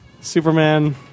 Superman